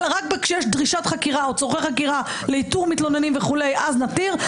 אלא רק כשיש דרישת חקירה או צורכי חקירה לאיתור מתלוננים וכו' אז נתיר,